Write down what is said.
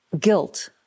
guilt